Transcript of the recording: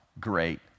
great